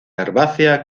herbácea